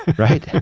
right?